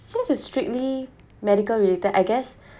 since it's strictly medical related I guess